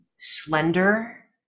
slender